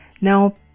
Now